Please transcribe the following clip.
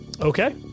Okay